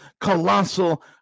colossal